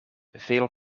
veel